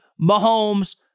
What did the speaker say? Mahomes